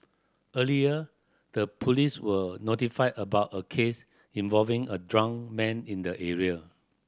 earlier the police were notified about a case involving a drunk man in the area